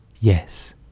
yes